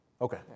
Okay